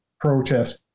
protest